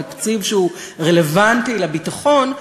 התקציב שהוא רלוונטי לביטחון,